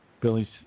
Billy's